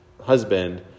husband